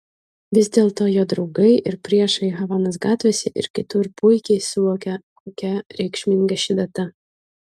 vis dėlto jo draugai ir priešai havanos gatvėse ir kitur puikiai suvokia kokia reikšminga ši data